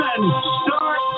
Start